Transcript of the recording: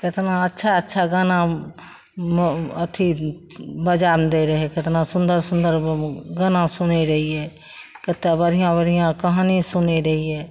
केतना अच्छा अच्छा गाना मो अथी बाजामे दै रहय केतना सुन्दर सुन्दर गाना सुनय रहियै केते बढ़िआँ बढ़िआँ कहानी सुनय रहियै